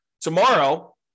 tomorrow